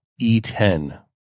E10